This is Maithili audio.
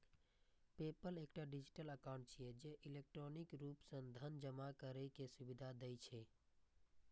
पेपल एकटा डिजिटल एकाउंट छियै, जे इलेक्ट्रॉनिक रूप सं धन जमा करै के सुविधा दै छै